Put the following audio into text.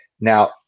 now